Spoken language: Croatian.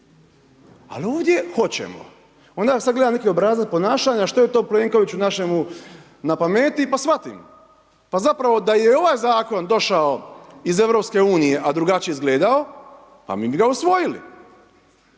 al ovdje hoćemo. Onda ja gledam sad neki obrazac ponašanja što je to Plenkovićevu našemu na pameti, pa svatim. Pa zapravo da je i ovaj zakon došao iz EU a drugačije izgledao pa mi bi ga usvojili.